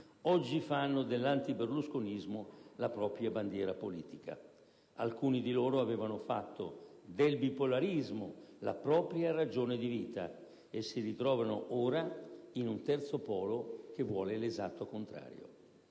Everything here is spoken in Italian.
oggi fanno dell'antiberlusconismo la propria bandiera politica. Alcuni di loro avevano fatto del bipolarismo la propria ragione di vita, e si ritrovano ora in un terzo polo che vuole l'esatto contrario.